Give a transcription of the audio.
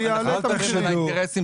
זה יעלה את המחירים.